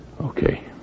Okay